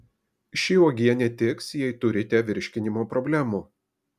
ši uogienė tiks jei turite virškinimo problemų